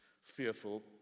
fearful